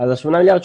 השמונה מיליארד,